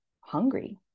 hungry